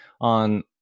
on